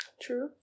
true